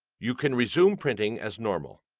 you can resume printing as normal.